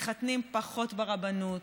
מתחתנים פחות ברבנות,